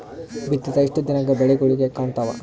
ಬಿತ್ತಿದ ಎಷ್ಟು ದಿನಕ ಬೆಳಿಗೋಳ ಕಾಣತಾವ?